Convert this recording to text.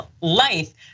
life